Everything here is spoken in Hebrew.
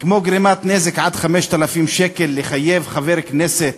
כמו גרימת נזק עד 5,000 שקל, לחייב חבר כנסת